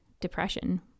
depression